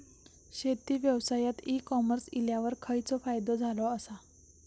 शेती व्यवसायात e commerce इल्यावर खयचो फायदो झालो आसा?